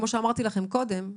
כמו שאמרתי לכם קודם,